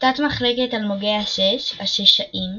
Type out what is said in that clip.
תת-מחלקות תת-מחלקת אלמוגי השש – "הששאים".